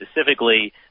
Specifically